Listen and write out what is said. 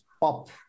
Pop